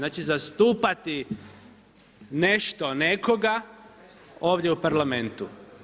Znači zastupati nešto, nekoga, ovdje u Parlamentu.